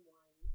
one